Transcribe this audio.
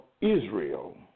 Israel